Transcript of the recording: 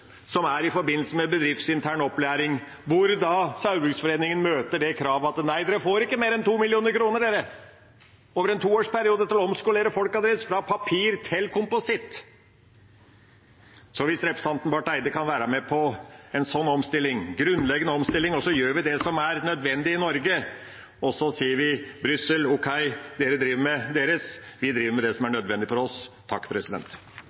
i forbindelse med bedriftsintern opplæring, hvor Saugbrugsforeningen møter det faktum at de ikke får mer enn 2 mill. kr over en toårsperiode til å omskolere folkene sine fra papir til kompositt. Hvis representanten Barth Eide kan være med på en slik omstilling, en grunnleggende omstilling, så gjør vi det som er nødvendig i Norge. Så sier vi: Brussel, ok, de driver med sitt, vi driver med det som er